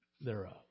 thereof